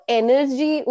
energy